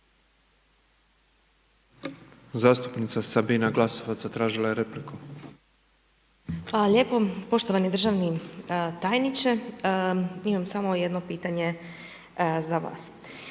Zastupnica Sabina Glasovac zatražila je repliku. **Glasovac, Sabina (SDP)** Hvala lijepo, poštovani državni tajniče, imam samo jedno pitanje za vas.